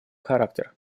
характер